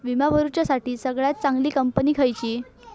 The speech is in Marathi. विमा भरुच्यासाठी सगळयात चागंली कंपनी खयची?